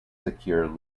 secure